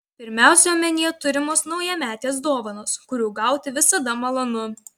pirmiausia omenyje turimos naujametės dovanos kurių gauti visada malonu